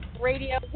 Radio